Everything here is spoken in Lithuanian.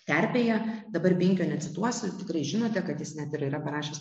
terpėje dabar binkio necituosiu tikrai žinote kad jis netgi yra parašęs